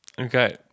Okay